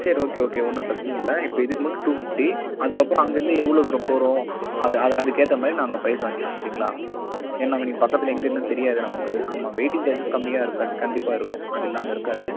சரி okay okay ஒன்றும் பிரச்சனை இல்லை இப்போ இதுக்கு மட்டும் டூ ஃபிஃப்டி அதுக்கப்புறம் அங்கேருந்து எவ்வளோ தூரம் போகிறோம் அதை அதை அதுக்கேற்ற மாதிரி நாங்கள் ப்ரைஸ் வாங்கிக்கிறோம் சரிங்களா ஏன்னால் இங்கே பக்கத்தில் எங்கே என்னென்னு தெரியாது நமக்கு ஆமாம் வெயிட்டிங் சார்ஜஸ் கம்மியாக இருக்கும் கண் கண்டிப்பாக இருக்கும் அது இல்லாமல் இருக்காது